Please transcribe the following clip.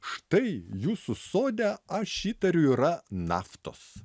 štai jūsų sode aš įtariu yra naftos